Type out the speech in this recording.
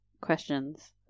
Questions